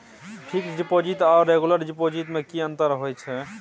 Fix deposit आर regular deposit में की अंतर होय छै?